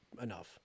enough